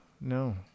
no